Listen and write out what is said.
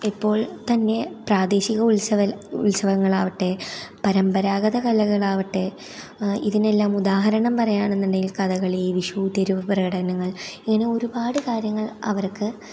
ഇപ്പോൾ തന്നെ പ്രാദേശിക ഉത്സവൽ ഉത്സവങ്ങളാകട്ടെ പരമ്പരാഗത കലകളാകട്ടെ ഇതിനെല്ലാം ഉദാഹരണം പറയുകയാണെന്നുണ്ടെങ്കിൽ കഥകളി വിഷു തെരുവുപ്രകടനങ്ങൾ ഇങ്ങനൊരുപാട് കാര്യങ്ങൾ അവർക്ക്